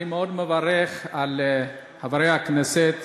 אני מאוד מברך את חבר הכנסת